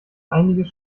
einiges